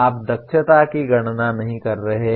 आप दक्षता की गणना नहीं कर रहे हैं